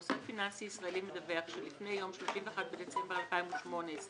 מוסד פיננסי ישראלי מדווח שלפני יום כ"ג בטבת התשע"ט (31 בדצמבר 2018)